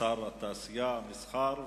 שר התעשייה, המסחר והתעסוקה.